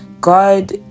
God